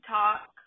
talk